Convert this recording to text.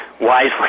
wisely